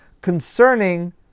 concerning